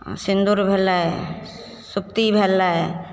सिन्दुर भेलय सुप्ती भेलय